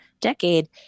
decade